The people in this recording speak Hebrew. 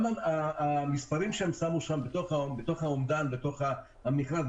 גם המספרים שהם שמו בתוך האומדן במכרז,